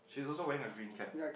she also wearing a green cap